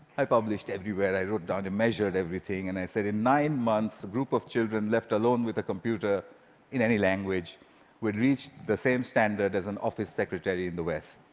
i published everywhere. i wrote down and measured everything, and i said, in nine months, a group of children left alone with a computer in any language will reach the same standard as an office secretary in the west.